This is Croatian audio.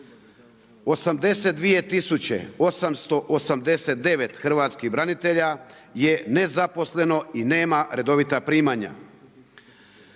82 889 hrvatskih branitelja je nezaposleno i nema redovita primanja.